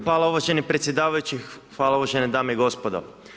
Hvala uvaženi predsjedavajući, hvala uvažene dame i gospodo.